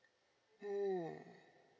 mm